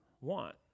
want